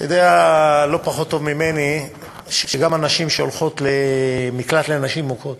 אתה יודע לא פחות טוב ממני שהנשים שהולכות למקלט לנשים מוכות